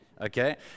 okay